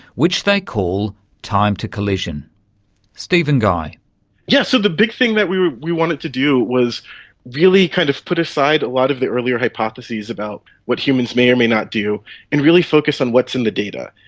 which they call time-to-collision'stephen and guy yes, so the big thing that we we wanted to do was really kind of put aside a lot of the earlier hypotheses about what humans may or may not do and really focus on what's in the data.